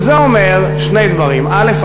וזה אומר שני דברים: א.